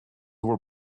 were